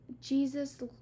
Jesus